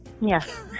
yes